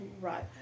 Right